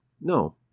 No